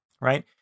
right